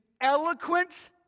eloquent